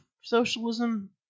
socialism